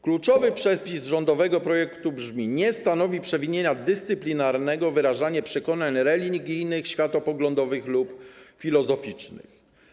Kluczowy przepis rządowego projektu brzmi: Nie stanowi przewinienia dyscyplinarnego wyrażanie przekonań religijnych, światopoglądowych lub filozoficznych.